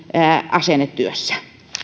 asennetyössä